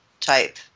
type